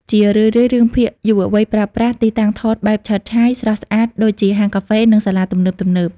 ជារឿយៗ រឿងភាគយុវវ័យប្រើប្រាស់ ទីតាំងថតបែបឆើតឆាយ ស្រស់ស្អាតដូចជាហាងកាហ្វេ និងសាលាទំនើបៗ។